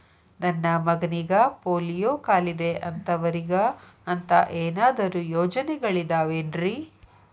ನನ್ನ ಮಗನಿಗ ಪೋಲಿಯೋ ಕಾಲಿದೆ ಅಂತವರಿಗ ಅಂತ ಏನಾದರೂ ಯೋಜನೆಗಳಿದಾವೇನ್ರಿ?